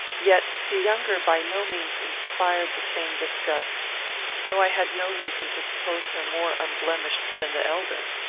yet the younger by no means inspired the same disgust though i had no reason to suppose her more unblemished than the elder.